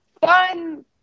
fun